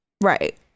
Right